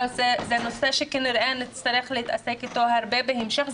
אבל זה נושא שכנראה נצטרך להתעסק איתו הרבה בהמשך,